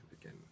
again